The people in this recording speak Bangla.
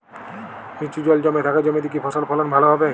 নিচু জল জমে থাকা জমিতে কি ফসল ফলন ভালো হবে?